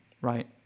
right